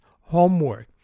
Homework